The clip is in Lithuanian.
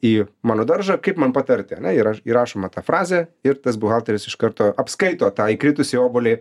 į mano daržą kaip man patarti ane yra įrašoma ta frazė ir tas buhalteris iš karto apskaito tą įkritusį obuolį